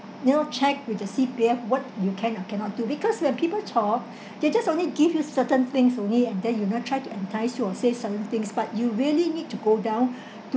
you know check with the C_P_F what you can or cannot do because when people talk they just only give you certain things only and then you know try to entice you or say certain things but you really need to go down